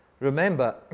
Remember